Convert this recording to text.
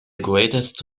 greatest